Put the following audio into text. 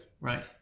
Right